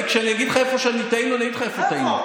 כשאני אגיד לך איפה טעינו אני אגיד לך איפה טעינו.